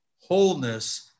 wholeness